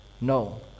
no